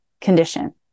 condition